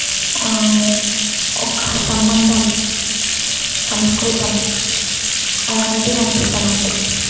ఒక్క సంబంధం సంస్కృతం అవి అనేవి నాకు ఇష్టము అండి